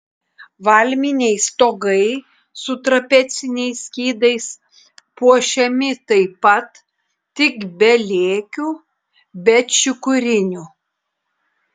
valminiai stogai su trapeciniais skydais puošiami taip pat tik be lėkių be čiukurinių